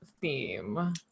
theme